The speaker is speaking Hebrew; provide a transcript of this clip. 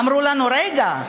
אמרו לנו: רגע,